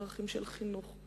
ערכים של חינוך.